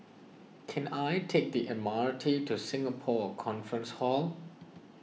can I take the M R T to Singapore Conference Hall